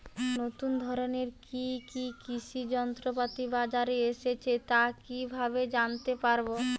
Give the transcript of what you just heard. নতুন ধরনের কি কি কৃষি যন্ত্রপাতি বাজারে এসেছে তা কিভাবে জানতেপারব?